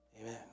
Amen